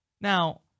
Now